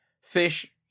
fish